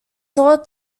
thought